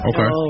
Okay